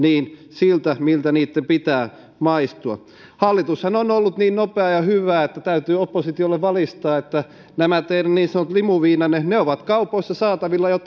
siltä miltä niitten pitää maistua hallitushan on ollut niin nopea ja hyvä että täytyy oppositiolle valistaa että nämä teidän niin sanonut limuviinanne ovat kaupoissa saatavilla jo